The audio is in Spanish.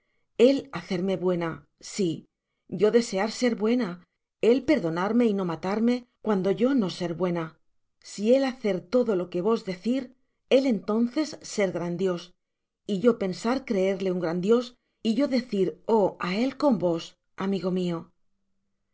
él hacerme buena sí yo desear ser buena él perdonarme y no matarme cuando yo no ser bueña si él hacer todo lo que vos decir él entonces ser gran dios y yo pensar creerle un gran dios y yo decir o á él con vos amigo mio